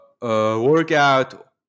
workout